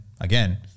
again